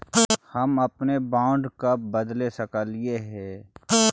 हम अपने बॉन्ड कब बदले सकलियई हे